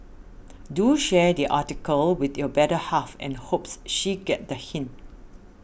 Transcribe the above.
do share the article with your better half and hopes she get the hint